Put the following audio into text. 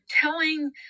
telling